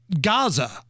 Gaza